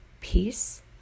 peace